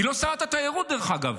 היא לא שרת התיירות, דרך אגב,